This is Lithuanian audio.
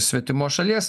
svetimos šalies